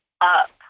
up